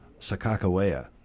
Sakakawea